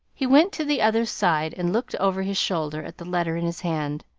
he went to the other's side and looked over his shoulder at the letter in his hand,